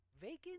Vacant